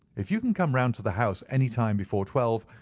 if you can come round to the house any time before twelve,